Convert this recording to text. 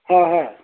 হয় হয়